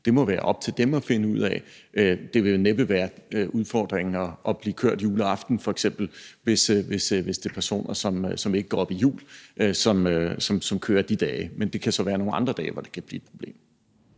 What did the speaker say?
det, må være op til dem at finde ud af. Det vil næppe være en udfordring f.eks. at blive kørt juleaften, hvis det er personer, som ikke går op i jul, som kører de dage, men der kan så være nogle andre dage, hvor det kan blive et problem.